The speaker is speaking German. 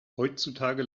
heutzutage